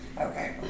Okay